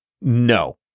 No